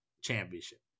championship